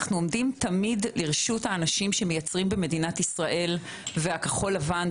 אנחנו עומדים תמיד לרשות האנשים שמייצרים במדינת ישראל והכחול לבן,